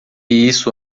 isso